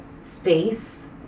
space